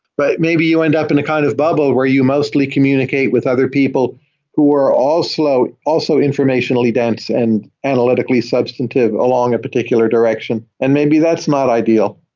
but maybe you end up in a kind of bubble where you mostly communicate with other people who are also also informationally dense and analytically substantive along a particular direction, and maybe that's not ideal.